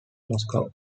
moscow